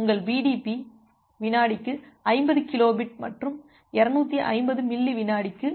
உங்கள் பிடிபி வினாடிக்கு 50 kilo bit மற்றும் 250 மில்லி விநாடிக்கு 12